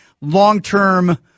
long-term